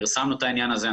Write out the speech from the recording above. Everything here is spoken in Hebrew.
פרסמנו את העניין הזה.